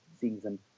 season